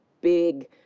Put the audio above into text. big